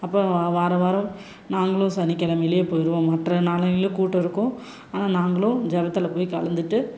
அப்புறம் வார வாரம் நாங்களும் சனிக்கிழமைலேயே போயிடுவோம் மற்ற நாளையில கூட்டம் இருக்கும் ஆனால் நாங்களும் ஜெபத்தில் போய் கலந்துகிட்டு